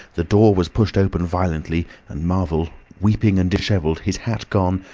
the door was pushed open violently, and marvel, weeping and dishevelled, his hat gone,